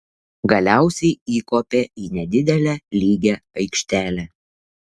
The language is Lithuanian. galiausiai įkopė į nedidelę lygią aikštelę